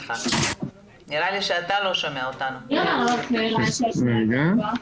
עובדים עליו ביחד עם זרוע העבודה בעיקר של האגף להכשרה מקצועית.